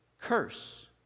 curse